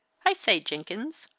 i say, jenkins,